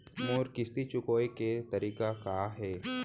मोर किस्ती चुकोय के तारीक का हे?